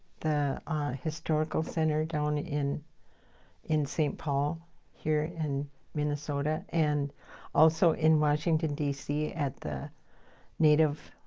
the historical center down in in st. paul here in minnesota. and also in washington dc at the native